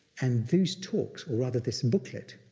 and those talks, or rather this booklet,